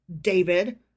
David